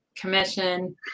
commission